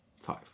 five